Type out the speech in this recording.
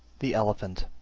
the elephant